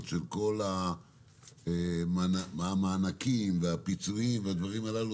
של כל מענקים והפיצויים והדברים הללו,